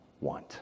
want